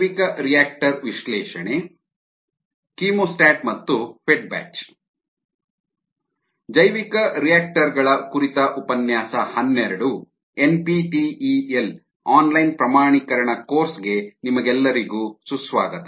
ಜೈವಿಕರಿಯಾಕ್ಟರ್ ವಿಶ್ಲೇಷಣೆ ಕೀಮೋಸ್ಟಾಟ್ ಮತ್ತು ಫೆಡ್ ಬ್ಯಾಚ್ ಜೈವಿಕರಿಯಾಕ್ಟರ್ ಗಳ ಕುರಿತ ಉಪನ್ಯಾಸ ಹನ್ನೆರಡು ಎನ್ಪಿಟಿಇಎಲ್ ಆನ್ಲೈನ್ ಪ್ರಮಾಣೀಕರಣ ಕೋರ್ಸ್ ಗೆ ನಿಮಗೆಲ್ಲರಿಗೂ ಸುಸ್ವಾಗತ